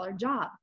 job